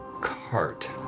cart